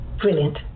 Brilliant